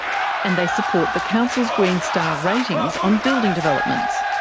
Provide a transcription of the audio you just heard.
and they support the council's green star ratings on building developments.